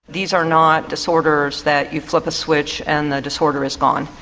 these are not disorders that you flip a switch and the disorder is gone.